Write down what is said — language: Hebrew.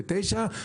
4.99 ש"ח,